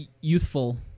youthful